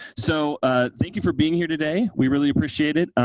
so ah thank you for being here today. we really appreciate it.